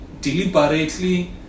deliberately